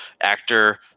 actor